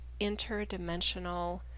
interdimensional